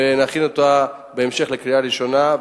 ונכין אותה בהמשך לקריאה ראשונה,